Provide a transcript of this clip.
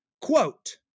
quote